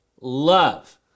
love